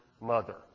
mother